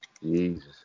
Jesus